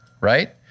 right